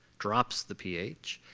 drops the ph,